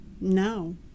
No